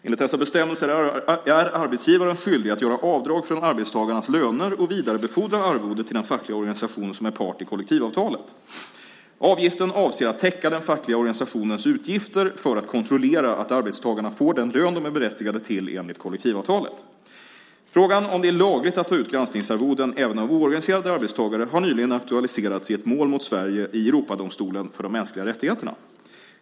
Enligt dessa bestämmelser är arbetsgivaren skyldig att göra avdrag från arbetstagarnas löner och vidarebefordra arvodet till den fackliga organisation som är part i kollektivavtalet. Avgiften avser att täcka den fackliga organisationens utgifter för att kontrollera att arbetstagarna får den lön de är berättigade till enligt kollektivavtalet. Frågan om det är lagligt att ta ut granskningsarvoden även av oorganiserade arbetstagare har nyligen aktualiserats i ett mål mot Sverige i Europadomstolen för de mänskliga rättigheterna.